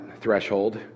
threshold